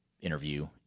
interview